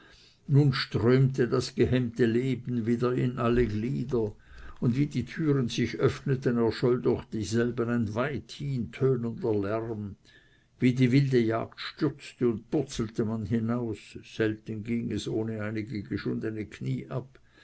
nun strömte das gehemmte leben wieder in alle glieder und wie die türen sich öffneten erscholl durch dieselben ein weit hintönender lärm wie die wilde jagd stürzte und purzelte man hinaus selten ging es ohne einige geschundene knie ab